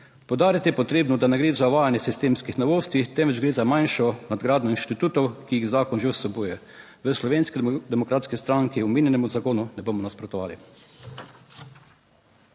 Poudariti je potrebno, da ne gre za uvajanje sistemskih novosti, temveč gre za manjšo nadgradnjo inštitutov, ki jih zakon že vsebuje. V Slovenski demokratski stranki omenjenemu zakonu ne bomo nasprotovali.